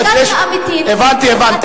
שבדמוקרטיה אמיתית, הבנתי, הבנתי.